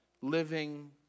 living